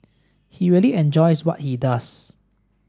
he really enjoys what he does